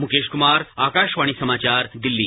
मुकेश कुमार आकाशवाणी समाचार दिल्ली